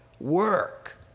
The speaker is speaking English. work